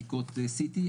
בדיקות CT,